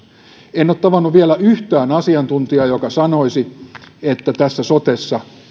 en ole tavannut vielä yhtään asiantuntijaa joka sanoisi että sotessa